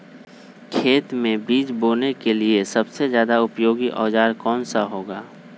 खेत मै बीज बोने के लिए सबसे ज्यादा उपयोगी औजार कौन सा होगा?